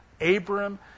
Abram